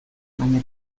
baina